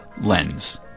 lens